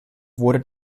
wurde